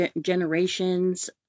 generations